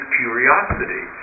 curiosity